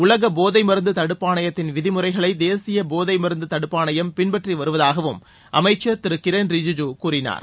உலக போதை மருந்து தடுப்பாணையத்தின் விதிமுறைகளை தேசிய போதை மருந்து தடுப்பாணையம் பின்பற்றி வருவதாகவும் அமைச்சள் திரு கிரண் ரிஜுஜு கூறினார்